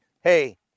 hey